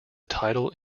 title